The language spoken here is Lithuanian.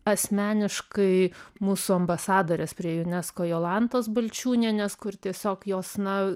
asmeniškai mūsų ambasadorės prie unesco jolantos balčiūnienės kur tiesiog jos na